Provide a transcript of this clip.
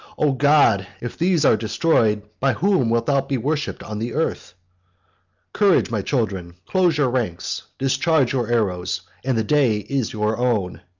o god, if these are destroyed, by whom wilt thou be worshipped on the earth courage, my children close your ranks discharge your arrows, and the day is your own.